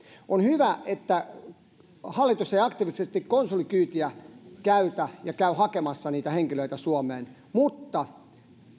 on hyvä että hallitus ei aktiivisesti konsulikyytiä käytä ja käy hakemassa niitä henkilöitä suomeen mutta